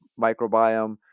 microbiome